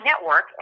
network